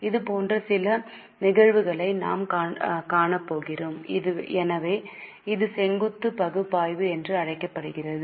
இதுபோன்ற சில நிகழ்வுகளை நாம் காணப்போகிறோம் எனவே இது செங்குத்து பகுப்பாய்வு என்று அழைக்கப்படுகிறது